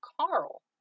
Carl